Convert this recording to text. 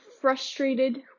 frustrated